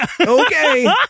okay